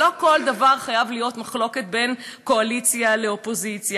לא כל דבר חייב להיות מחלוקת בין קואליציה לאופוזיציה.